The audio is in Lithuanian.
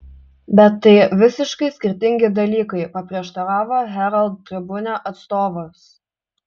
bet tai visiškai skirtingi dalykai paprieštaravo herald tribune atstovas